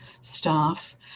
staff